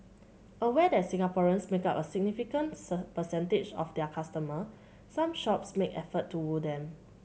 aware that Singaporeans make up a significant sir percentage of their customer some shops make effort to woo them